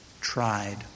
tried